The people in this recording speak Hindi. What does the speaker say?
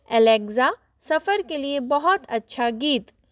एलेक्ज़ा सफ़र के लिए बहुत अच्छा गीत